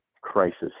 crisis